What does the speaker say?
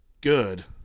good